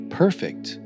perfect